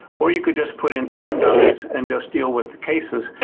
or you can just put in time dummies and just deal with the cases,